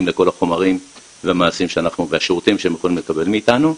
לכל החומרים והשירותים שהם יכולים לקבל מאיתנו.